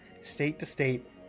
state-to-state